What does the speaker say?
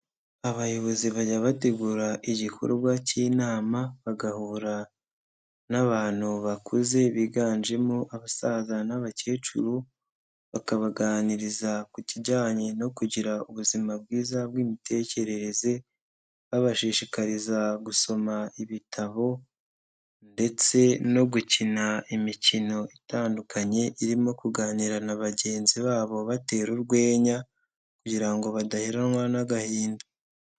Abayobozi bajya bategura igikorwa k'inama bagahura n'abantu bakuze biganjemo abasaza n'abakecuru bakabaganiriza ku kijyanye no kugira ubuzima bwiza bw'imitekerereze, babashishikariza gusoma ibitabo ndetse no gukina imikino itandukanye irimo kuganira na bagenzi babo batera urwenya kugira ngo badaheranwa n'agahinda.